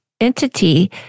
entity